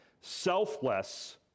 selfless